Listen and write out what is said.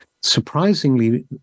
surprisingly